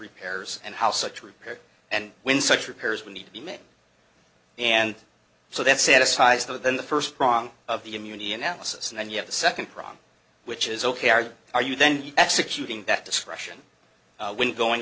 repairs and how such repairs and when such repairs we need to be made and so that satisfies that then the first prong of the immunity analysis and then you have the second prong which is ok or are you then executing that discretion when going